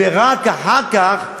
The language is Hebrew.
ורק אחר כך,